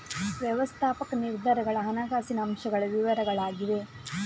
ವ್ಯವಸ್ಥಾಪಕ ನಿರ್ಧಾರಗಳ ಹಣಕಾಸಿನ ಅಂಶಗಳ ವಿವರಗಳಾಗಿವೆ